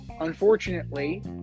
Unfortunately